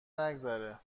نگذره